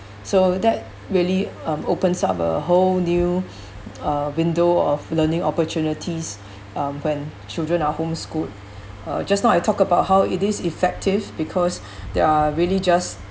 so that really um opens up a whole new uh window of learning opportunities uh when children are homeschooled uh just now I talk about how it is effective because they're really just